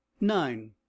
nine